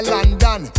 London